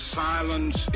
silence